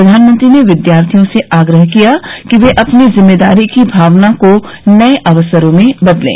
प्रघानमंत्री ने विद्यार्थियों से आग्रह किया कि वे अपनी जिम्मेदारी की भावना को नये अवसरों में बदलें